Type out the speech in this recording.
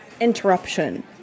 interruption